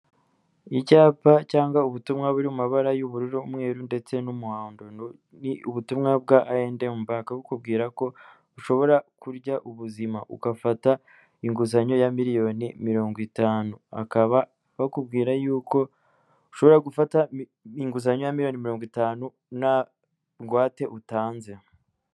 Icyapa cyangwa ubutumwa buri mu mabara y'ubururu, umwe ndetse n'umuhondo. Ni ubutumwa bwa I&M Bank bukubwira ko ushobora kurya ubuzima. Ugafata inguzanyo ya miliyoni mirongo itanu, akaba bakubwira yuko ushobora gufata inguzanyo ya miliyoni mirongo itanu nta ngwate utanze.